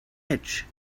edge